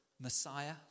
Messiah